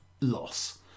loss